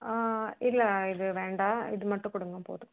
இல்லை இது வேண்டாம் இது மட்டும் கொடுங்க போதும்